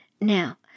Now